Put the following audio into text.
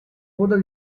coda